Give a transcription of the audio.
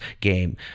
game